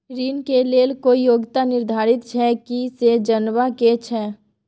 ऋण के लेल कोई योग्यता निर्धारित छै की से जनबा के छै?